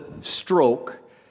stroke